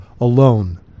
alone